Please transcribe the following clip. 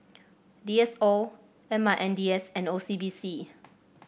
D S O M I N D S and O C B C